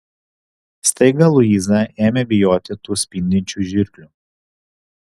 staiga luiza ėmė bijoti tų spindinčių žirklių